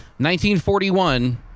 1941